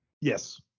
Yes